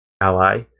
ally